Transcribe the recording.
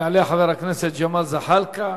יעלה חבר הכנסת ג'מאל זחאלקה.